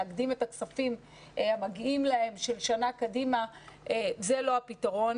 להקדים את הכספים המגיעים להם של שנה קדימה זה לא הפתרון,